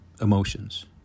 emotions